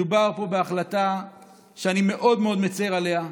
מדובר פה בהחלטה שאני מאוד מאוד מצר עליה,